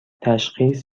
تشخیص